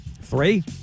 Three